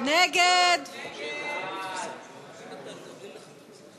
סעיף תקציבי 51, דיור ממשלתי,